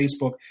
Facebook